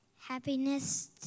Happiness